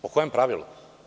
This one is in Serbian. Po kojem pravilu?